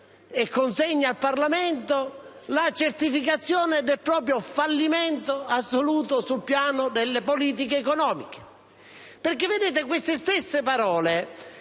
e consegna al Parlamento la certificazione del proprio fallimento assoluto sul piano delle politiche economiche, perché queste stesse parole